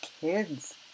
kids